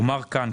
אומר כאן,